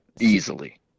easily